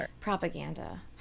propaganda